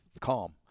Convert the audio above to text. calm